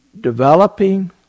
developing